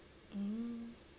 um